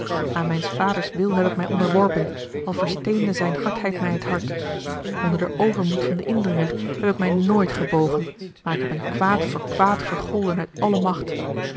aan mijns vaders wil heb ik mij onderworpen al versteende zijne hardheid mij het hart onder den overmoed van den indringer heb ik mij nooit gebogen maar ik heb hem kwaad voor kwaad vergolden uit alle macht